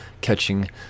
catching